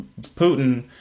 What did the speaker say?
Putin